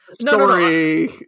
story